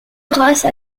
grâce